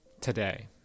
Today